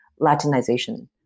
Latinization